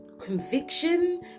conviction